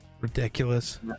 Ridiculous